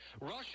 Russia